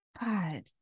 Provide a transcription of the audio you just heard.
god